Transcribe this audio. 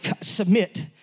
submit